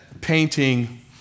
painting